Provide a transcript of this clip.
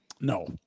No